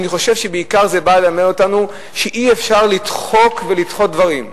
אני חושב שבעיקר זה בא ללמד אותנו שאי-אפשר לדחוק ולדחות דברים.